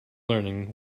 learning